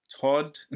Todd